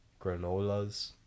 granolas